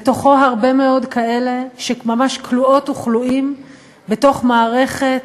בתוכו הרבה מאוד כאלה שממש כלואות וכלואים בתוך מערכת